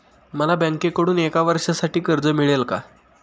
मला बँकेकडून एका वर्षासाठी कर्ज मिळेल का?